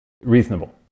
reasonable